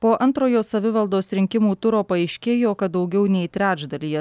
po antrojo savivaldos rinkimų turo paaiškėjo kad daugiau nei trečdalyje